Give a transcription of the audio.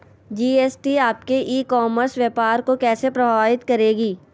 GST आपके e commerce व्यापार को कैसे प्रभावित करेगी?